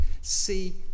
see